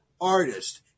artist